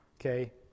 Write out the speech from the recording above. Okay